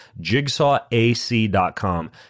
JigsawAC.com